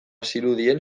zirudien